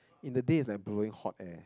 in the day's like blowing hot air